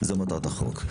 זו מטרת החוק.